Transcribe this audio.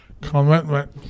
commitment